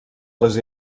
les